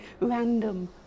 random